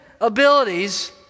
abilities